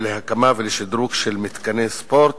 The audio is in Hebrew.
ולהקמה ולשדרוג של מתקני ספורט.